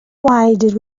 did